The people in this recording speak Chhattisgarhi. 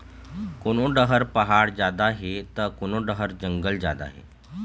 कोनो डहर पहाड़ जादा हे त कोनो डहर जंगल जादा हे